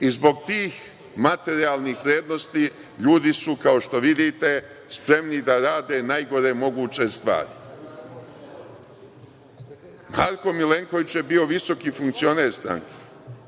i zbog tih materijalnih vrednosti ljudi su, kao što vidite, spremni da rade najgore moguće stvari. Marko Milenković je bio visoki funkcioner stranke,